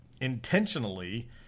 intentionally